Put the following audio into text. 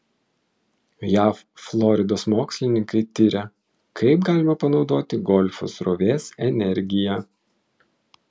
jav floridos mokslininkai tiria kaip galima panaudoti golfo srovės energiją